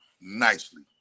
nicely